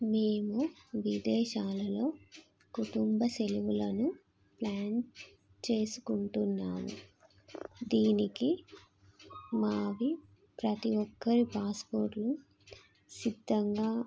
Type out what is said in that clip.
మేము విదేశాలలో కుటుంబ సెలవులను ప్లాన్ చేసుకుంటున్నాము దీనికి మావి ప్రతి ఒక్కరి పాస్పోర్ట్లు సిద్ధంగా